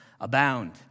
abound